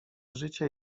życie